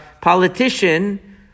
politician